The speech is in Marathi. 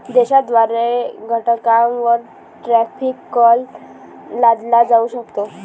देशाद्वारे घटकांवर टॅरिफ कर लादला जाऊ शकतो